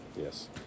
Yes